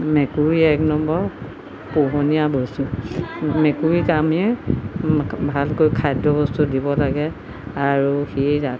মেকুৰী এক নম্বৰ পোহনীয়া বস্তু মেকুৰীক আমি ভালকৈ খাদ্যবস্তু দিব লাগে আৰু সি ৰাতি